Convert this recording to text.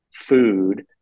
food